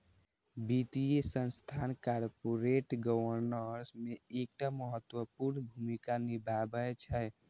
वित्तीय संस्थान corporate governance मे एकटा महत्वपूर्ण भूमिका निभाबै छै